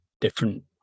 different